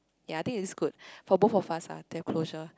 ya I think it's good for both of us ah to have closure